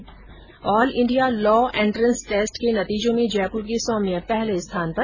् all India law entrance test के नतीजों में जयपुर के सौम्य पहले स्थान पर